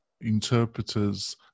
interpreters